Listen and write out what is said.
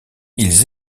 ils